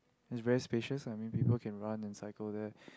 it's very spacious ah I mean people can run and cycle there